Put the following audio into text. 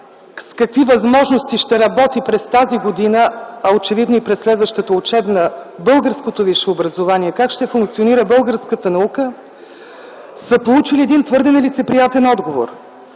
какви възможности ще работи през тази година, а и очевидно и през следващата учебна година българското висше образование, как ще функционира българската наука, са получили твърде нелицеприятен отговор.